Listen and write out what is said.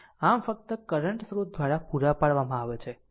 આમ ફક્ત કરંટ સ્રોત દ્વારા પૂરા પાડવામાં આવે છે